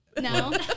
No